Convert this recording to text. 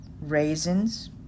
raisins